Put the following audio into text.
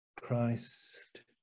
christ